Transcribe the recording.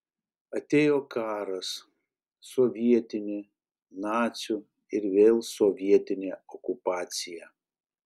atėjo karas sovietinė nacių ir vėl sovietinė okupacija